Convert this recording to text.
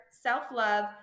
self-love